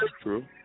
True